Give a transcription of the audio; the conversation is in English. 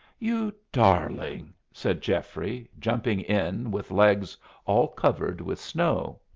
you darling! said geoffrey, jumping in with legs all covered with snow.